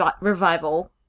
revival